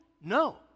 No